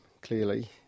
clearly